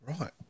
Right